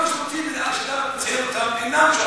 גם השירותים שאתה מציין אינם שם.